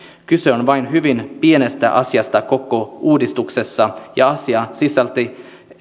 kyse on vain hyvin pienestä asiasta koko uudistuksessa ja asia sisältyy